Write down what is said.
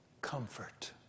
Comfort